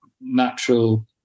natural